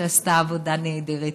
שעשתה עבודה נהדרת,